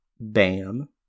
Bam